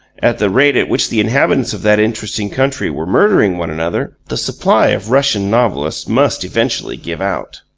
at the rate at which the inhabitants of that interesting country were murdering one another, the supply of russian novelists must eventually give out.